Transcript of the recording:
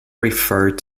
referred